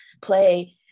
play